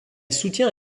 soutient